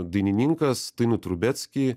dainininkas tainu trubeckij